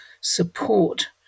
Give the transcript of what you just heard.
support